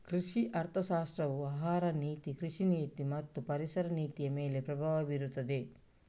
ಕೃಷಿ ಅರ್ಥಶಾಸ್ತ್ರವು ಆಹಾರ ನೀತಿ, ಕೃಷಿ ನೀತಿ ಮತ್ತು ಪರಿಸರ ನೀತಿಯಮೇಲೆ ಪ್ರಭಾವ ಬೀರುತ್ತದೆ